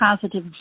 positive